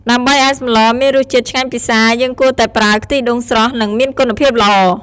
ដើម្បីឱ្យសម្លមានរសជាតិឆ្ងាញ់ពិសា យើងគួរតែប្រើ ខ្ទិះដូងស្រស់ និងមានគុណភាពល្អ។